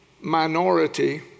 minority